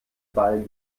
ball